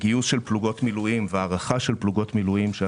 גיוס של פלוגות מילואים והארכה שגייסנו,